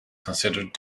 considered